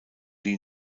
lee